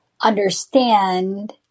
understand